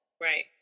right